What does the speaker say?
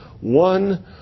one